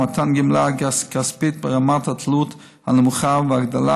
מתן גמלה כספית ברמת התלות הנמוכה והגדלה